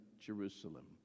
Jerusalem